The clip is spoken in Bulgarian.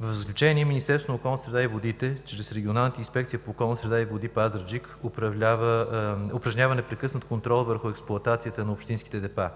В заключение, Министерството на околната среда и водите чрез Регионалната инспекция по околна среда и води – Пазарджик, упражнява непрекъснат контрол върху експлоатацията на общинските депа.